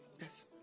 Yes